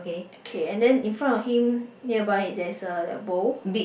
okay and then in front of him nearby there's a like bowl